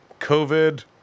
COVID